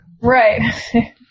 Right